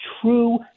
true